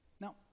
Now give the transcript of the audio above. Now